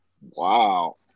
Wow